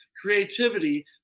creativity